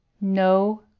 No